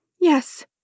Yes